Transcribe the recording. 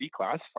declassified